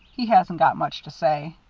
he hasn't got much to say.